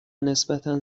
نسبتا